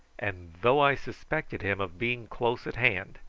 and though i suspected him of being close at hand,